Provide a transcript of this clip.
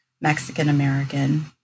Mexican-American